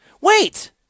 Wait